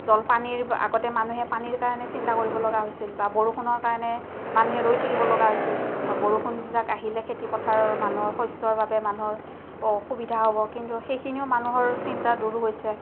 জলপানীৰ আগতে মানুহে পানীৰ কাৰণে চিন্তা কৰিব লগা হৈছিল বা বৰষুণৰ কাৰণে মানুহে ৰৈ থাকিব লগা হৈছিল বা বৰষুণজাক আহিলে খেতিপথাৰৰ মানুহৰ শস্যৰ বাবে মানুহৰ অসুবিধা হ'ব কিন্তু সেইখিনিও মানুহৰ চিন্তাৰ দূৰ হৈছে